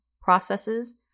processes